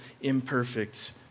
imperfect